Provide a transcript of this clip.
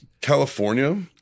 California